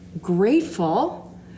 grateful